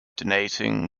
denoting